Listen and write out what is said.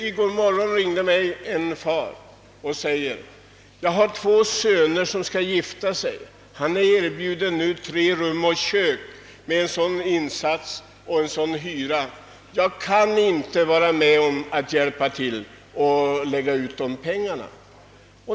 I går morse ringde mig en far och sade: Jag har två söner som skall gifta sig. Den ene har blivit erbjuden tre rum och kök med en insats och en hyra som är mycket höga. Jag kan inte hjälpa honom med dessa pengar.